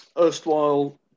erstwhile